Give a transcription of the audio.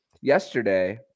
yesterday